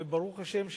וברוך השם,